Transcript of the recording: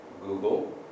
Google